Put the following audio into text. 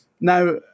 Now